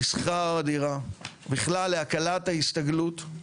לשכר הדירה, בכלל להקלת ההסתגלות,